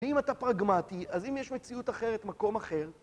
ואם אתה פרגמטי, אז אם יש מציאות אחרת, מקום אחר.